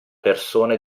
persone